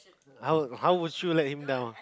how how would you let him know